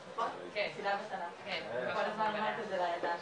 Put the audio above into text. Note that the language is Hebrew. אני חושב שאתה מבין גיל,